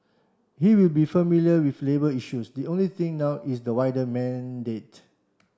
he will be familiar with labour issues the only thing now is the wider mandate